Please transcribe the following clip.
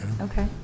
okay